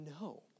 no